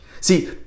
see